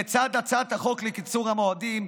לצד הצעת החוק לקיצור המועדים,